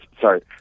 sorry